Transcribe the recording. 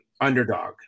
underdog